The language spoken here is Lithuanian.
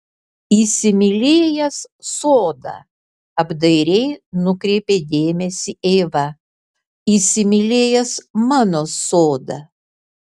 įsimylėjęs sodą apdairiai nukreipė dėmesį eiva įsimylėjęs mano sodą